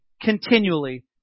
Continually